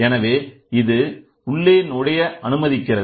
எனவே இது உள்ளே நுழைய அனுமதிக்கிறது